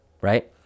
right